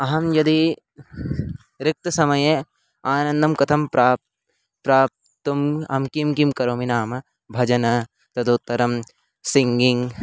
अहं यदि रिक्तसमये आनन्दं कथं प्राप् प्राप्तुम् अहं किं किं करोमि नाम भजनं तदुत्तरं सिङ्गिङ्ग्